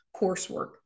coursework